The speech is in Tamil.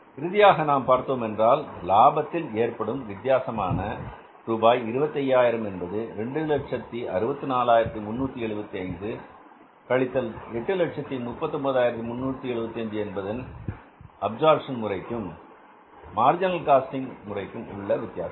இறுதியாக நாம் பார்த்தோமென்றால் லாபத்தில் ஏற்படும் வித்யாசமான ரூபாய் 25000 என்பது 264375 கழித்தல் 839375 என்பது அப்சர்ப்ஷன் முறைக்கும் மரிஜினல் காஸ்டிங் முறைக்கும் உள்ள வித்தியாசம்